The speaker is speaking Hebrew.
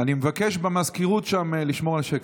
אני מבקש במזכירות שם לשמור על שקט.